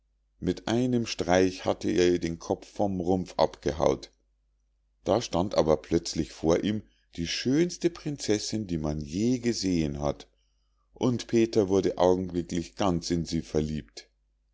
mit einem streich hatte er ihr den kopf vom rumpf abgehau't da stand aber plötzlich vor ihm die schönste prinzessinn die man je gesehen hat und peter wurde augenblicklich ganz in sie verliebt